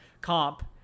comp